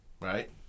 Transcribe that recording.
right